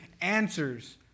answers